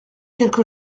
quelque